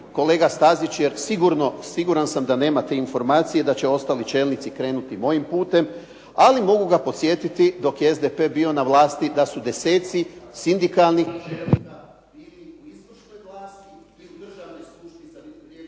kolega Stazić jer siguran sam da nemate informacije da će ostali čelnici krenuti mojim putem, ali mogu ga podsjetiti dok je SDP bio na vlasti da su deseci sindikalnih